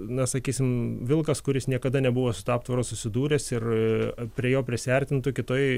na sakysim vilkas kuris niekada nebuvo su tuo aptvaru susidūręs ir prie jo prisiartintų kitoj